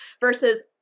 versus